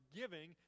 giving